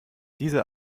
diese